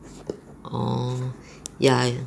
orh ya